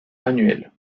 annuel